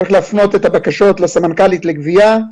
צריך להפנות את הבקשות לסמנכ"לית לגבייה.